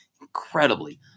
incredibly